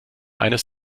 eines